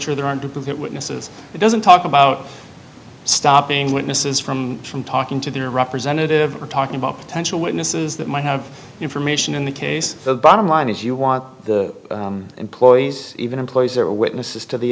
sure there aren't duplicate witnesses it doesn't talk about stopping witnesses from from talking to their representative or talking about potential witnesses that might have information in the case so the bottom line is you want the employees even employees or witnesses to the